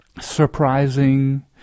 surprising